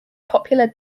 popular